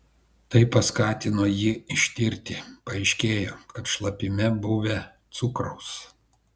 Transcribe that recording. tai paskatino jį ištirti paaiškėjo kad šlapime buvę cukraus